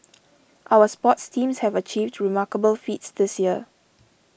our sports teams have achieved remarkable feats this year